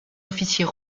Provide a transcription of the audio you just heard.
officier